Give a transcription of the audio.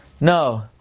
No